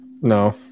No